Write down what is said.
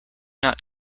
not